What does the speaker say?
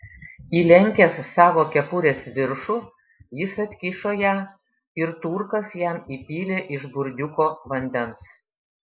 įlenkęs savo kepurės viršų jis atkišo ją ir turkas jam įpylė iš burdiuko vandens